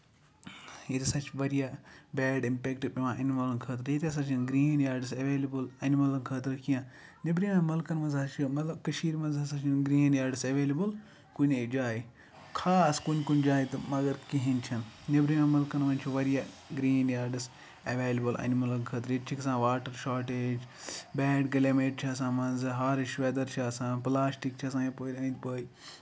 ییٚتہِ ہسا چھِ واریاہ بیڈ اِمپیکٹ پیوان اَمہِ معملَن خٲطرٕ ییٚتہِ ہسا چھِنہٕ گریٖن یاڈس ایویلیبٔل اینمٔلن خٲطرٕ کیٚنہہ نیبرِمین مُلکن منٛز ہسا چھُ مطلب کٔشیٖر منٛز ہسا چھُنہٕ گریٖن یاڈس ایویلیبل کُنے جایہِ خاص کُنہِ کُنہِ جایہِ تہٕ مَگر کِہینۍ چھِنہٕ نیبرِمین مُلکن منٛز چھُ واریاہ گریٖن یاڈس ایویلیبل اینمٔلن خٲطرٕ ییٚتہِ چھِ گژھان واٹر شوٹیج بیڈ کٔلیمیٹ چھُ آسان منٛز ہارٕش ویدر چھُ آسان پٔلاسٹِک چھُ آسان یَپٲرۍ أندۍ پٔکۍ